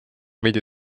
veidi